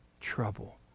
trouble